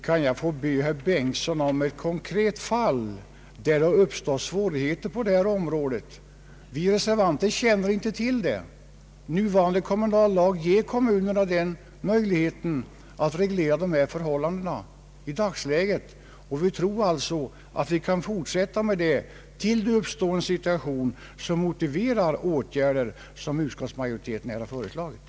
Herr talman! Kan herr Bengtson ge exempel på ett konkret fall där det har uppstått svårigheter på detta område? Vi reservanter känner inte till det. Nu varande kommunallag ger kommunerna möjlighet att reglera dessa förhållanden i dagsläget, och vi tror alltså att vi kan fortsätta med det tills det uppstår en situation som motiverar de åtgärder utskottsmajoriteten har föreslagit.